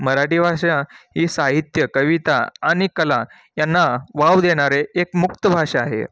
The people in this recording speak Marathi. मराठी भाषा ही साहित्य कविता आणि कला यांना वाव देणारी एक मुक्त भाषा आहे